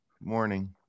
morning